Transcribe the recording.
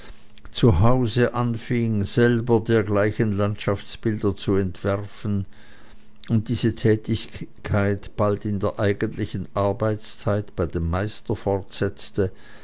hause anfing selber dergleichen landschaftsbilder zu entwerfen und diese tätigkeit bald in der eigentlichen arbeitszeit bei dem meister